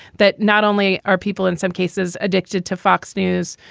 that not only are people in some cases addicted to fox news,